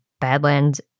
Badlands